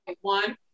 one